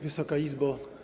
Wysoka Izbo!